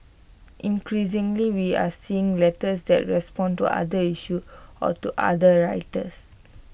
increasingly we are seeing letters that respond to other issues or to other writers